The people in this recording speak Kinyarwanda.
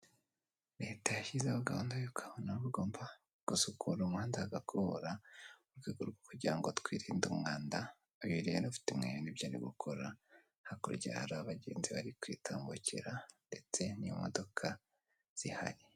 Leta yashyizeho gahunda yuko abantu baba bagomba gusukura umuhanda bagakubura, mu rwego rwo kugira ngo twirinde umwanda, uyu rero ufite umweyo akaba ari byo ari gukora, hakurya hari abagenzi bari kwitambukera ndetse n'imodoka zihari.